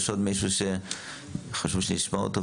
יש עוד מישהו שחשוב שנשמע אותו?